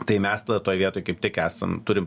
tai mes toj vietoj kaip tik esam turim